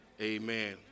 Amen